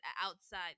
outside